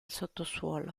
sottosuolo